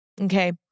okay